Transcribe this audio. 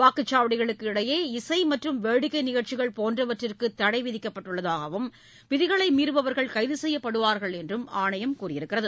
வாக்குச்சாவடிகளுக்கு அருகே இசை மற்றும் வேடிக்கை நிகழ்ச்சிகள் போன்றவற்றிற்கு தடை விதிக்கப்பட்டுள்ளதாகவும் விதிகளை மீறுபவர்கள் கைது செய்யப்படுவார்கள் என்றும் ஆணையம் கூறியுள்ளது